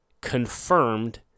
Confirmed